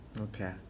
Okay